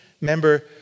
member